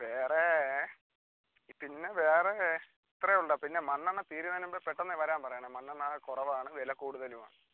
വേറെ പിന്നെ വേറെ ഇത്രയും ഉള്ളു പിന്നെ മണ്ണെണ്ണ തീരുന്നതിന് മുമ്പെ പെട്ടെന്ന് വരാൻ പറയണെ മണ്ണെണ്ണ കുറവാണ് വില കൂടുതലുമാണ്